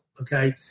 Okay